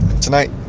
Tonight